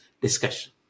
discussion